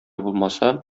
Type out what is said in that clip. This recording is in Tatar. булмаса